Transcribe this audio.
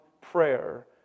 prayer